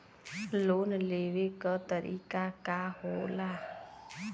Loan लेवे क तरीकाका होला?